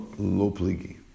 Lopligi